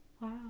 Wow